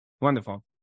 Wonderful